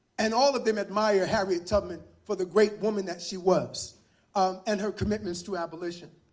and all of them admire harriet tubman for the great woman that she was um and her commitments to abolition.